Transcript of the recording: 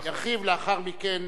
ירחיבו לאחר מכן,